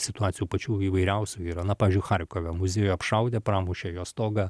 situacijų pačių įvairiausių yra na pavyzdžiui charkove muziejų apšaudė pramušė jo stogą